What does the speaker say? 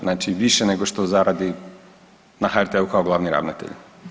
Znači više nego što zaradi na HRT-u kao glavi ravnatelj.